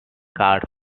card